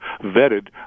vetted